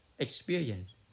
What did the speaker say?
experience